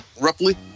roughly